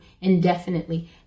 indefinitely